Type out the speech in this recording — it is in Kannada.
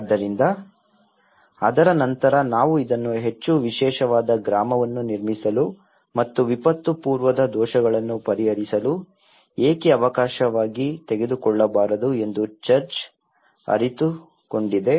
ಆದ್ದರಿಂದ ಅದರ ನಂತರ ನಾವು ಇದನ್ನು ಹೆಚ್ಚು ವಿಶೇಷವಾದ ಗ್ರಾಮವನ್ನು ನಿರ್ಮಿಸಲು ಮತ್ತು ವಿಪತ್ತು ಪೂರ್ವದ ದೋಷಗಳನ್ನು ಪರಿಹರಿಸಲು ಏಕೆ ಅವಕಾಶವಾಗಿ ತೆಗೆದುಕೊಳ್ಳಬಾರದು ಎಂದು ಚರ್ಚ್ ಅರಿತುಕೊಂಡಿದೆ